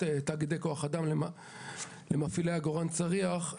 תאגידי כוח אדם למפעילי עגורן צריח,